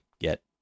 get